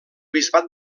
bisbat